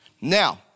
Now